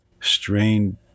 strained